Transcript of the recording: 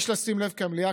יש לשים לב כי המליאה,